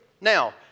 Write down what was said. Now